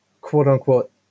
quote-unquote